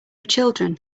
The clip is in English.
children